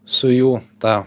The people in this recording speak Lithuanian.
su jų ta